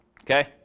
Okay